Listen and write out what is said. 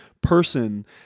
person